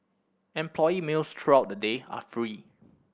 employee meals throughout the day are free